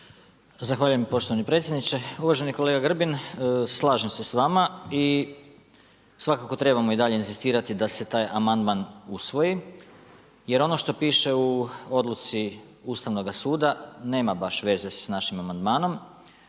Zahvaljujem poštovani predsjedniče. Uvaženi kolega Grbin slažem se s vama i svako trebamo i dalje inzistirati da se taj amandman usvoji jer ono što piše u odluci Ustavnoga suda nema baš veze sa našim amandmanom